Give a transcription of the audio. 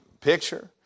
picture